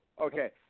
okay